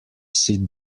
sit